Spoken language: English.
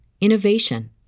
innovation